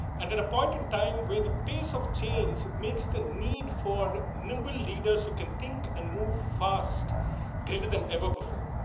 and at a point in time where the pace of change makes the need for nimble leaders who can think and move fast greater than ever before.